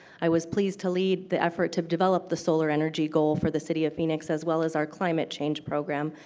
i was pleased to lead the effort to develop the solar energy goal for the city of phoenix, as well as our climate change program,